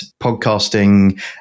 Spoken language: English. podcasting